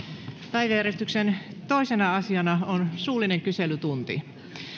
päiväjärjestyksen toisena asiana on suullinen kyselytunti